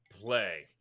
play